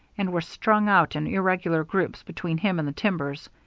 and were strung out in irregular groups between him and the timbers.